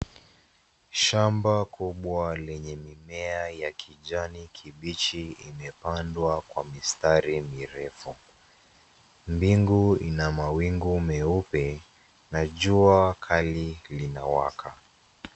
Shamba kubwa lenye mimea ya kijani kibichi imepandwa kwa mistari mirefu. Mbingu ina mawingu meupe na jua kali linawaka.